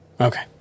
Okay